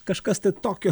kažkas tokio